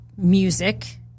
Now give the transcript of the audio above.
music